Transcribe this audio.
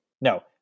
No